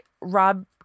Rob